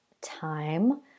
time